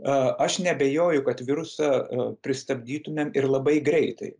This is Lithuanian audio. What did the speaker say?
a aš neabejoju kad virusą pristabdytumėm ir labai greitai